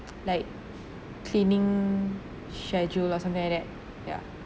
like cleaning schedule or something like that ya